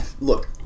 look